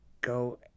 go